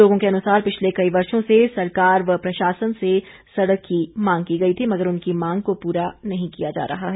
लोगों के अनुसार पिछले कई वर्षों से सरकार व प्रशासन से सड़क की मांग की गई मगर उनकी मांग को पूरा नहीं किया जा रहा है